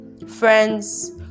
Friends